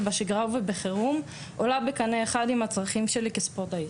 בשגרה ובחירום עולה בקנה אחד עם הצרכים שלי כספורטאית.